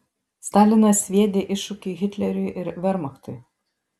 stalinas sviedė iššūkį hitleriui ir vermachtui